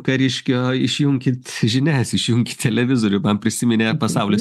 kariškio išjunkit žinias išjunkit televizorių man prisiminė pasaulio